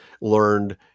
learned